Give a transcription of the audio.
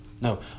No